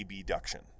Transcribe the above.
abduction